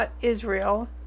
Israel